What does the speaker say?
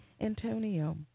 Antonio